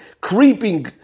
creeping